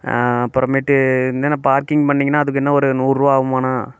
அப்பறமேட்டு இந்தன பார்க்கிங் பண்ணீங்கன்னா அதுக்கு என்ன ஒரு நூறுபா ஆகுமாண்ணா